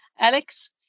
Alex